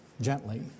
gently